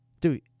Dude